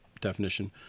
definition